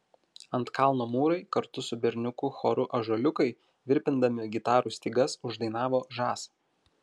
ant kalno mūrai kartu su berniukų choru ąžuoliukai virpindami gitarų stygas uždainavo žas